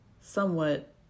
somewhat